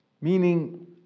Meaning